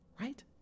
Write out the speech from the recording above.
Right